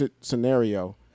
scenario